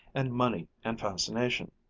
and money and fascination.